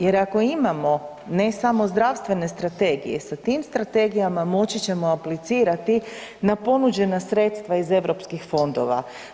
Jer ako imamo ne samo zdravstvene strategije sa tim strategijama moći ćemo aplicirati na ponuđena sredstva iz europskih fondova.